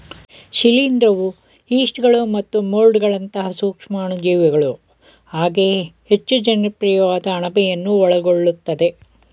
ಶಿಲೀಂಧ್ರವು ಯೀಸ್ಟ್ಗಳು ಮತ್ತು ಮೊಲ್ಡ್ಗಳಂತಹ ಸೂಕ್ಷಾಣುಜೀವಿಗಳು ಹಾಗೆಯೇ ಹೆಚ್ಚು ಜನಪ್ರಿಯವಾದ ಅಣಬೆಯನ್ನು ಒಳಗೊಳ್ಳುತ್ತದೆ